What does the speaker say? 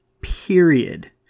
Period